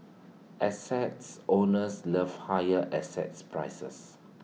assets owners love higher assets prices